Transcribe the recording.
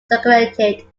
circulated